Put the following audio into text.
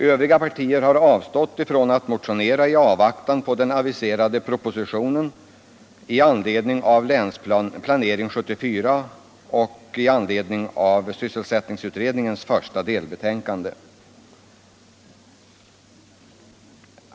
Övriga partier har avstått från att motionera i avvaktan på den aviserade propositionen i anledning av Länsplanering 1974 och i anledning av sysselsättningsutredningens första delbetänkande.